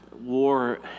war